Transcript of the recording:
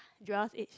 Joel's age